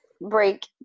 break